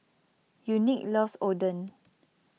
Unique loves Oden